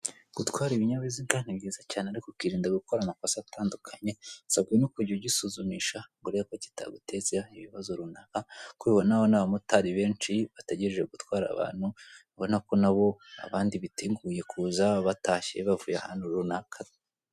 Gutwara ibinyabiziga ni byiza cyane ariko ukirinda gukora amakosa atandukanye, usabwe no kujya ugisuzumisha ngo urebe ko kitaguteza ibibazo runaka, uko ubona urabona abamotari benshi bategereje gutwara abantu, ubona ko nabo abandi biteguye kuza batashye bavuye ahantu runaka.